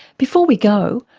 before we go,